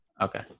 okay